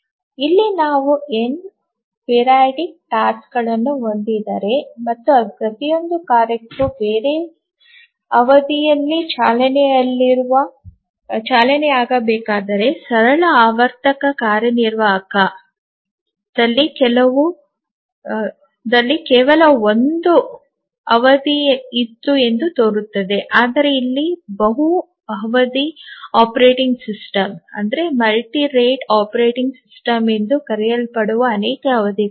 ಇಲ್ಲಿ ನಾವು n ಆವರ್ತಕ ಕಾರ್ಯಗಳನ್ನು ಹೊಂದಿದ್ದರೆ ಮತ್ತು ಪ್ರತಿಯೊಂದು ಕಾರ್ಯಕ್ಕೂ ಬೇರೆ ಅವಧಿಯಲ್ಲಿ ಚಾಲನೆಯಾಗಬೇಕಾದರೆ ಸರಳ ಆವರ್ತಕ ಕಾರ್ಯನಿರ್ವಾಹಕದಲ್ಲಿ ಕೇವಲ ಒಂದು ಅವಧಿ ಇತ್ತು ಎಂದು ತೋರುತ್ತದೆ ಆದರೆ ಇಲ್ಲಿ ಬಹು ಅವಧಿ ಆಪರೇಟಿಂಗ್ ಸಿಸ್ಟಮ್ ಎಂದು ಕರೆಯಲ್ಪಡುವ ಅನೇಕ ಅವಧಿಗಳಿವೆ